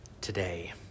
today